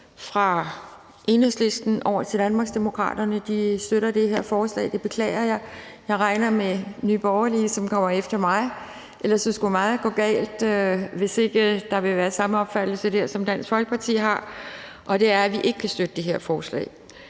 fra Enhedslisten over til Danmarksdemokraterne støtter det her forslag, og det beklager jeg. Jeg regner med Nye Borgerlige, som kommer efter mig; meget skulle gå galt, hvis ikke der vil være samme opfattelse dér som hos Dansk Folkeparti, og det er, at vi kan ikke støtte det her forslag.